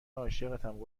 عاشقتم